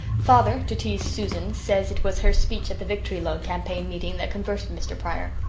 father, to tease susan, says it was her speech at the victory loan campaign meeting that converted mr. pryor.